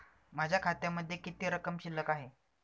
माझ्या खात्यामध्ये किती रक्कम शिल्लक आहे?